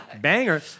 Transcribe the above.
banger